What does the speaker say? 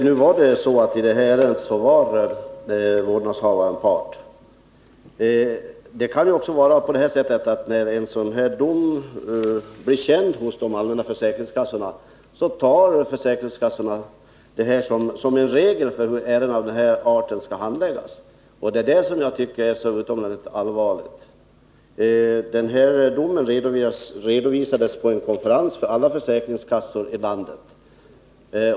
Herr talman! I det aktuella ärendet var vårdnadshavaren part. Det kan vara så att när en sådan här dom blir känd hos de allmänna försäkringskassorna uppfattas den som en regel för hur ärenden av den här arten skall handläggas. Det är det som jag tycker är så utomordentligt allvarligt. Den nämnda domen redovisades på en konferens för alla försäkringskassor i landet.